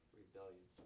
rebellion